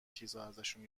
چیزهاازشون